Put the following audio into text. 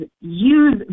use